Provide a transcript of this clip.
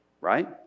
Right